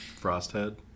Frosthead